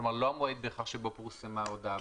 כלומר, לא בהכרח המועד שבו פורסמה ההודעה ברשומות?